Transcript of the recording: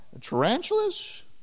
tarantulas